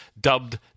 dubbed